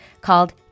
called